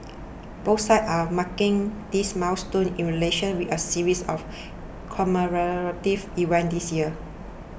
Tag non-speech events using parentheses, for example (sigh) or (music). both sides are marking this milestone in relations with a series of (noise) commemorative events this year